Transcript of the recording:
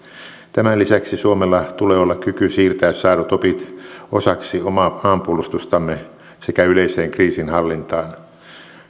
tämän lisäksi suomella tulee olla kyky siirtää saadut opit osaksi omaa maanpuolustustamme sekä yleiseen kriisinhallintaan